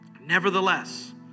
Nevertheless